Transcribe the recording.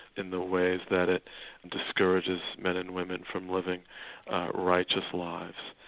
in the ways that it discourages men and women from living righteous lives,